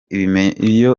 ibimeme